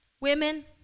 Women